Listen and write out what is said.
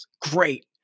Great